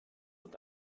und